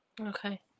Okay